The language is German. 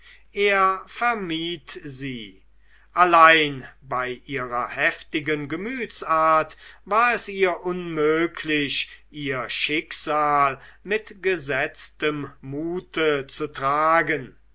er vermied sie allein bei ihrer heftigen gemütsart war es ihr unmöglich ihr schicksal mit gesetztem mute zu tragen